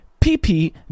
PP